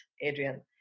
Adrian